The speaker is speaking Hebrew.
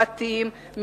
בתים,